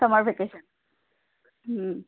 summer vacation